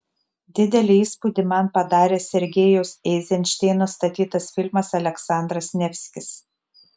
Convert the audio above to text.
didelį įspūdį man padarė sergejaus eizenšteino statytas filmas aleksandras nevskis